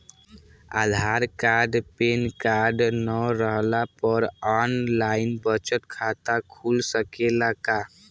आधार card pan card न रहला पर आन लाइन बचत खाता खुल सकेला का?